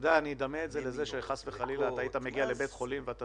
אני אדמה את זה לכך שחס וחלילה היית מגיע לבית חולים כשאתה